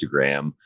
Instagram